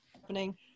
happening